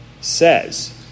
says